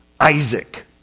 Isaac